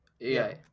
AI